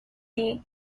desde